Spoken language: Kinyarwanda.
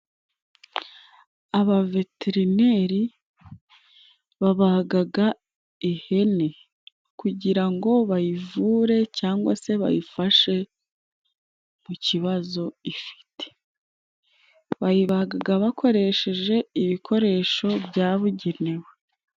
Abaveterineri babagaga ihene kugira ngo bayivure cyangwa se bayifashe mu kibazo ifite. Bayibagaga bakoresheje ibikoresho byabugenewe.